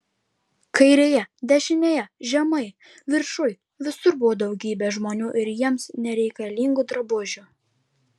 kairėje dešinėje žemai viršuj visur buvo daugybė žmonių ir jiems nereikalingų drabužių